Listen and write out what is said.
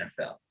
NFL